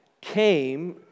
came